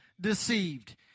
deceived